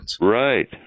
Right